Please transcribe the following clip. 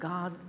God